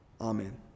Amen